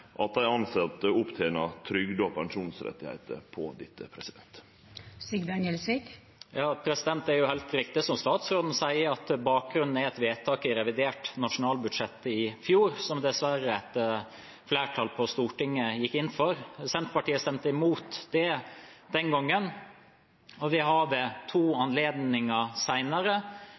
at dei tilsette tener opp trygde- og pensjonsrettar på dette. Det er helt riktig, som statsråden sier, at bakgrunnen er et vedtak i forbindelse med behandlingen av revidert nasjonalbudsjett i fjor, som et flertall på Stortinget dessverre gikk inn for. Senterpartiet stemte imot det den gangen, og vi har ved to anledninger